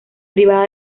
privada